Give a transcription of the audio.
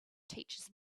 teaches